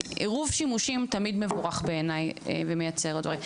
עירוב שימושים תמיד מבורך בעיני ומייצר עוד דברים.